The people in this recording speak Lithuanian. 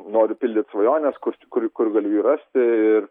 noriu pildyt svajones kur kur galiu jų rasti ir